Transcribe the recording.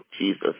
Jesus